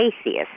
atheist